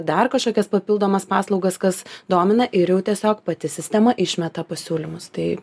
dar kažkokias papildomas paslaugas kas domina ir tiesiog pati sistema išmeta pasiūlymus tai